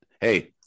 hey